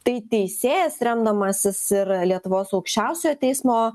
tai teisėjas remdamasis ir lietuvos aukščiausiojo teismo